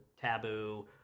taboo